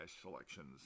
Selections